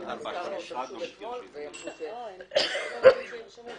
אני מסכימה עם דברי חבריי ורוצה להוסיף עוד שתי